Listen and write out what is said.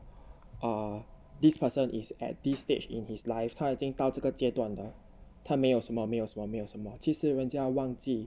or this person is at this stage in his life 他已经到这个阶段了他没有什么没有什么没有什么其实人家忘记